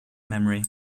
memory